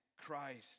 Christ